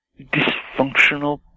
dysfunctional